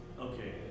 Okay